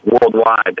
worldwide